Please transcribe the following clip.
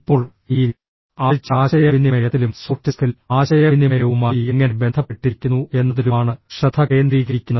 ഇപ്പോൾ ഈ ആഴ്ച ആശയവിനിമയത്തിലും സോഫ്റ്റ് സ്കിൽ ആശയവിനിമയവുമായി എങ്ങനെ ബന്ധപ്പെട്ടിരിക്കുന്നു എന്നതിലുമാണ് ശ്രദ്ധ കേന്ദ്രീകരിക്കുന്നത്